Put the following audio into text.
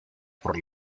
por